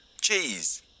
Cheese